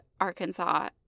arkansas